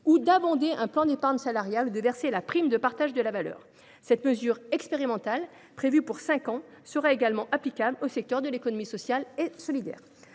d’abonder un plan d’épargne salariale ou de verser la prime de partage de la valeur. Cette mesure expérimentale, prévue pour une durée de cinq ans, sera également applicable au secteur de l’économie sociale et solidaire.